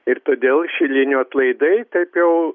ir todėl šilinių atlaidai taip jau